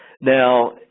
Now